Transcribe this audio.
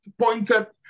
pointed